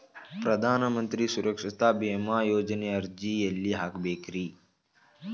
ಪ್ರಧಾನ ಮಂತ್ರಿ ಸುರಕ್ಷಾ ಭೇಮಾ ಯೋಜನೆ ಅರ್ಜಿ ಎಲ್ಲಿ ಹಾಕಬೇಕ್ರಿ?